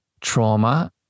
trauma